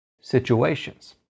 situations